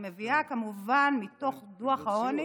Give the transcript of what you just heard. אני מביאה, כמובן, מתוך דוח העוני